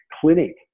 clinic